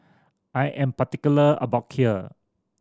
I am particular about Kheer